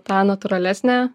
tą natūralesnę